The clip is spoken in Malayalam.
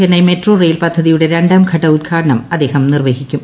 ചെന്നൈ മെട്രോ റയിൽ പദ്ധതിയുടെ രണ്ടാം ഘട്ട ഉദ്ഘാടനം അദ്ദേഹം നിർവ്വഹിക്കും